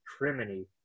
criminy